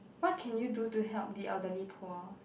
what can you do to help the elderly poor